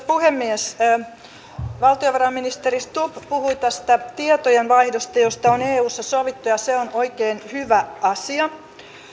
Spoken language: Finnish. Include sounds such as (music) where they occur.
(unintelligible) puhemies valtiovarainministeri stubb puhui tietojenvaihdosta josta on eussa sovittu ja se on oikein hyvä asia